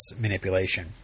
manipulation